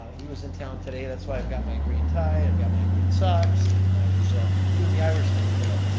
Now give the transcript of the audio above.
he was in town today, that's why i've got my green tie, i've got my green socks, and i was doing the irish thing today.